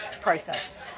process